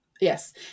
Yes